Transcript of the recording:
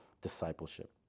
discipleship